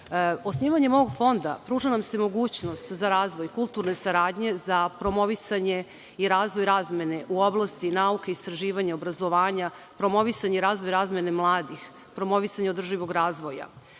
stabilnost. Osnivanjem ovog fonda pruža nam se mogućnost za razvoj kulturne saradnje za promovisanje i razvoj razmene u oblasti nauke, istraživanja, obrazovanja, promovisanje i razvoj razvoja mladih, promovisanje održivog razvoja.